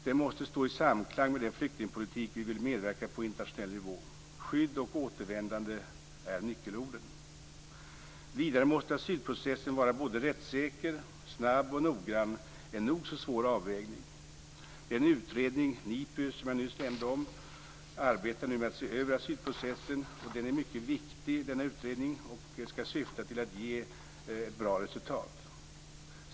Den måste stå i samklang med den flyktingpolitik som vi vill medverka till på internationell nivå. Skydd och återvändande är nyckelorden. Vidare måste asylprocessen vara såväl rättssäker som snabb och noggrann, en nog så svår avvägning. Den utredning, NIPU, som jag nyss nämnde om, arbetar med att se över asylprocessen. Denna utredning är mycket viktig och den skall syfta till att ge ett bra resultat.